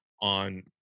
on